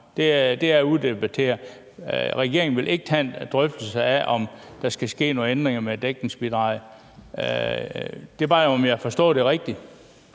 det er uddebatteret. Regeringen vil ikke tage en drøftelse af, om der skal ske nogle ændringer af dækningsbidraget. Det er bare, om jeg har forstået det rigtigt.